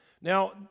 now